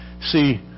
see